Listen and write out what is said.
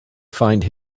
find